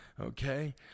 Okay